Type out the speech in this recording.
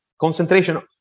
concentration